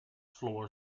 floor